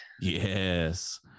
Yes